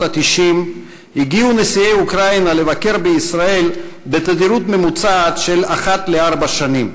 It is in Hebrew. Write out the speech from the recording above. ה-90 הגיעו נשיאי אוקראינה לבקר בישראל בתדירות ממוצעת של אחת לארבע שנים,